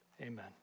amen